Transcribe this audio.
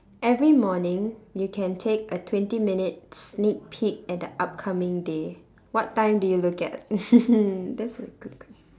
every morning you can take a twenty minute sneak peek at the upcoming day what time do you look at that's a good question